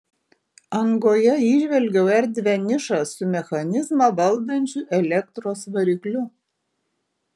angoje įžvelgiau erdvią nišą su mechanizmą valdančiu elektros varikliu